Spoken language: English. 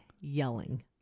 yelling